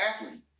athlete